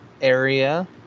area